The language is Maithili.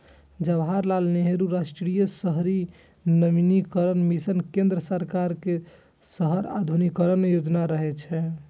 जवाहरलाल नेहरू राष्ट्रीय शहरी नवीकरण मिशन केंद्र सरकार के शहर आधुनिकीकरण योजना रहै